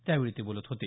त्यावेळी ते बोलत होते